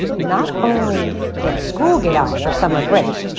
not only did school get out for summer break,